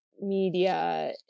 media